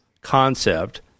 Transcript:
concept